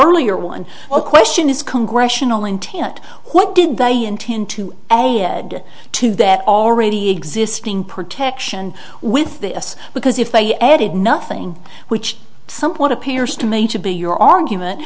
earlier one question is congressional intent what did they intend to get to that already existing protection with this because if they added nothing which somewhat appears to me to be your argument